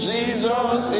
Jesus